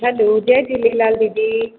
hello जय झुलेलाल दीदी